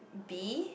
B